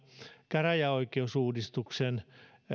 käräjäoikeusuudistuksen